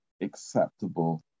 acceptable